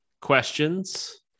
Questions